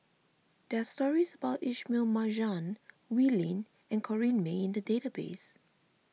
there are stories about Ismail Marjan Wee Lin and Corrinne May in the database